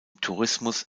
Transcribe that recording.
tourismus